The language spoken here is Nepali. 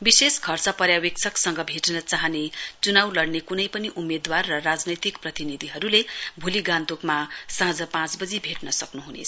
विशेष खर्च पर्यावेक्षकसँग भेटन चाहने चुनाउ लड़ने कुनै पनि उम्मेदवार र राजनैतिक प्रतिनिधिहरुले बोलि गान्तोकमा साँझ पाँच वजी भेट्न सक्नेछन्